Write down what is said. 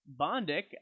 bondic